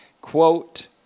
Quote